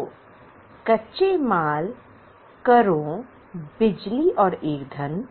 तो कच्चे माल करों बिजली और ईंधन